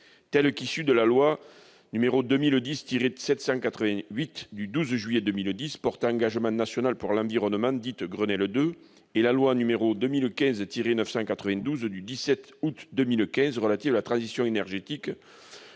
telles qu'issues de la loi n° 2010-788 du 12 juillet 2010 portant engagement national pour l'environnement, dite loi Grenelle II, et de la loi n° 2015-992 du 17 août 2015 relative à la transition énergétique